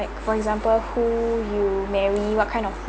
like for example who you marry what kind of